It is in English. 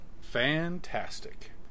fantastic